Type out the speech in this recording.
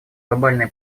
глобальное